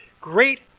great